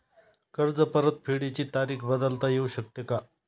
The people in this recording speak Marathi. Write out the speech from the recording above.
कर्ज परतफेडीची तारीख बदलता येऊ शकते का?